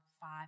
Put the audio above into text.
five